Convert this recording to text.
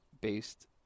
based